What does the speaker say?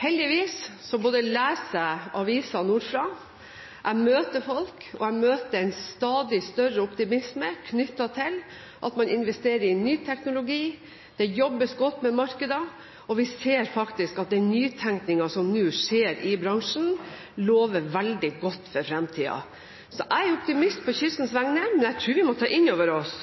Heldigvis leser jeg aviser nordfra, jeg møter folk, og jeg møter en stadig større optimisme knyttet til at man investerer i ny teknologi. Det jobbes godt med markedene, og vi ser faktisk at den nytenkningen som nå skjer i bransjen, lover veldig godt for fremtiden. Så jeg er optimist på kystens vegne, men jeg tror vi må ta inn over oss